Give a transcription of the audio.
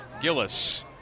Gillis